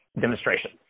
demonstration